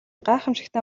гайхамшигтай